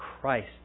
Christ